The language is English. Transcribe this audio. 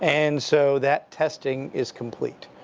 and so that testing is complete.